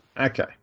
Okay